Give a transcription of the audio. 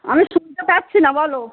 আমি শুনতে পাচ্ছি না বলো